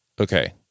okay